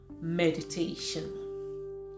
meditation